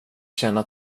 känna